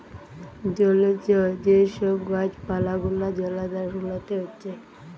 জলজ যে সব গাছ পালা গুলা জলাধার গুলাতে হচ্ছে